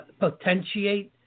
potentiate